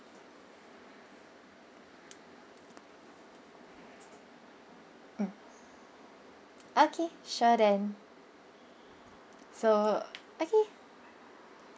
mm okay sure then so okay